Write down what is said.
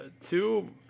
two